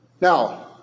Now